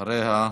אחריה,